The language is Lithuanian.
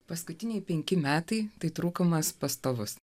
paskutiniai penki metai tai trūkumas pastovus